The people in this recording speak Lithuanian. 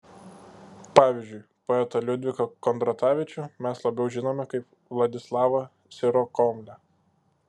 pavyzdžiui poetą liudviką kondratavičių mes labiau žinome kaip vladislavą sirokomlę